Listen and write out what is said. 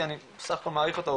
כי אני בסך הכל מעריך אותו,